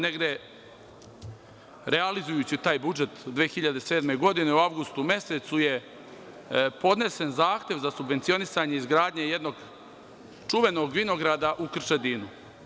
Negde realizujući taj budžet 2007. godine, u avgustu mesecu je podnesen zahtev za subvencionisanje izgradnje jednog čuvenog vinograda u Krčadinu.